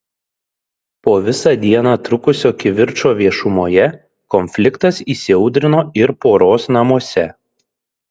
po visą dieną trukusio kivirčo viešumoje konfliktas įsiaudrino ir poros namuose